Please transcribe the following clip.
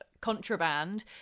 contraband